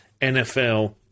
NFL